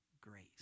grace